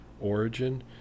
origin